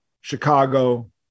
Chicago